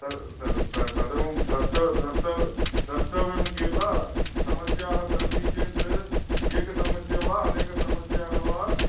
प्रथमं द्रष्ट द्रष्ट द्रष्टव्यं खिल समस्याः सन्ति चेत् एकसमस्या वा अनेकसमस्याः वा